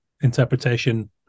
interpretation